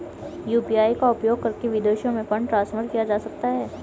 UPI का उपयोग करके विदेशों में फंड ट्रांसफर किया जा सकता है?